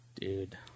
Dude